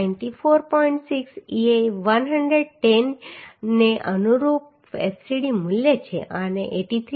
6 એ 110 ને અનુરૂપ fcd મૂલ્ય છે અને 83